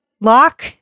lock